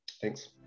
Thanks